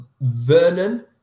Vernon